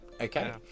Okay